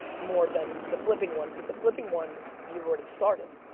more than the flipping one. cause the flipping one, you've already started.